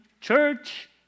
church